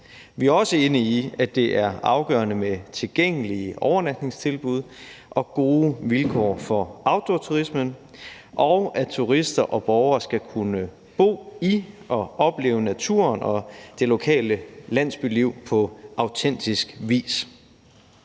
Vi er også enige i, at det er afgørende med tilgængelige overnatningstilbud og gode vilkår for outdoorturismen, og at turister og borgere skal kunne bo i og opleve naturen og det lokale landsbyliv på autentisk vis.